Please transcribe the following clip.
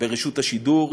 ברשות השידור,